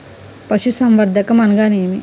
పశుసంవర్ధకం అనగానేమి?